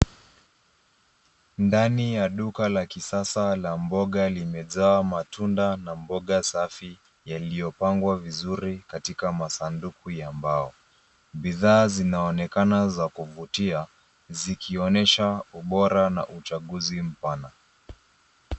Ndani ya duka la kisasa la mboga limejaa matunda na mboga safi yaliyopangwa vizuri katika masanduku ya mbao. Bidhaa zinaonekana za kuvutia, zikionesha ubora na uchaguzi mpana.